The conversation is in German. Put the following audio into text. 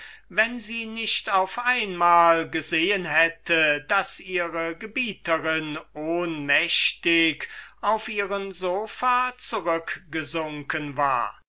wenn sie nicht auf einmal wahrgenommen hätte daß ihre gebieterin ohnmächtig auf ihren sopha zurückgesunken war